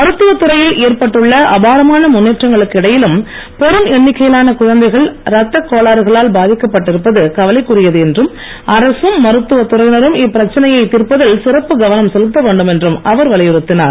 மருத்துவத் துறையில் ஏற்பட்டுள்ள அபாரமான முன்னேற்றங்களுக்கு இடையிலும் பெரும் எண்ணிக்கையிலான குழந்தைகள் இரத்தக் கோளாறுகளால் பாதிக்கப்பட்டு இருப்பது கவலைக்குரியது என்றும் அரசும் மருத்துவத் துறையினரும் இப்பிரச்சனையை தீர்ப்பதில் சிறப்பு கவனம் செலுத்த வேண்டும் என்றும் அவர் வலியுறுத்தினார்